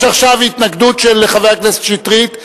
יש עכשיו התנגדות של חבר הכנסת שטרית.